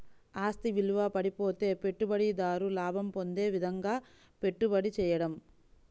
ఆస్తి విలువ పడిపోతే పెట్టుబడిదారు లాభం పొందే విధంగాపెట్టుబడి చేయడం